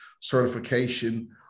certification